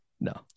No